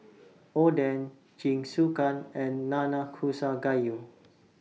Oden Jingisukan and Nanakusa Gayu